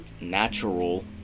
natural